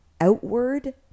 outward